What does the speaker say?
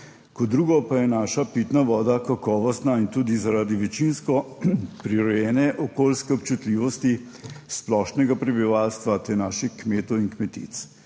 Kot drugo pa je naša pitna voda kakovostna tudi zaradi večinsko prirojene okoljske občutljivosti splošnega prebivalstva ter naših kmetov in kmetic.